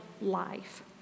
life